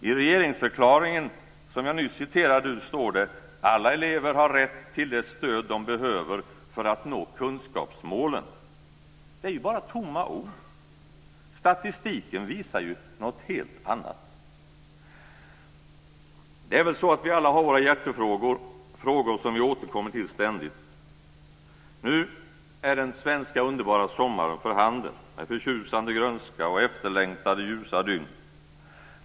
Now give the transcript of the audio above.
I regeringsförklaringen, som jag nyss citerade ur, står: "Alla elever har rätt till det stöd de behöver för att nå kunskapsmålen." Det är ju bara tomma ord. Statistiken visar något helt annat. Det är väl så att vi alla har våra hjärtefrågor, frågor som vi återkommer till ständigt. Nu står den underbara svenska sommaren för handen, med förtjusande grönska och efterlängtade ljusa dygn.